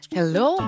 Hello